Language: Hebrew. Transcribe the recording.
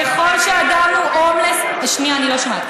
ככל שאדם הוא הומלס, שנייה, אני לא שומעת.